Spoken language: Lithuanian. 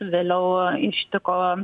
vėliau ištiko